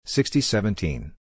Sixty-seventeen